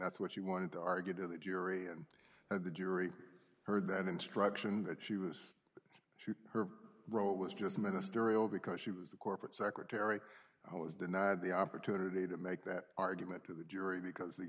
that's what you wanted to argue to the jury and had the jury heard that instruction that she was she her role was just ministerial because she was the corporate secretary i was denied the opportunity to make that argument to the jury because the